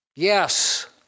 Yes